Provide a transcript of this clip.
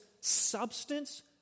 substance